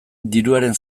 diruaren